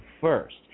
first